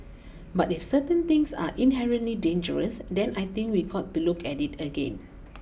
but if certain things are inherently dangerous then I think we got to look at it again